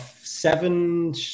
seven